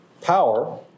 power